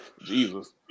Jesus